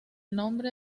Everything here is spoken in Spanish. nombre